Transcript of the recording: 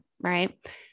Right